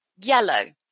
yellow